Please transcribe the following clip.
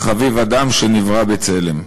חביב אדם שנברא בצלם.